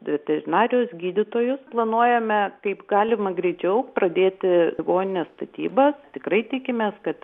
veterinarijos gydytojus planuojame kaip galima greičiau pradėti ligoninės statybas tikrai tikimės kad